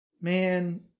man